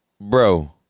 Bro